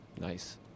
Nice